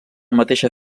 mateixa